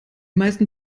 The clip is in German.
meisten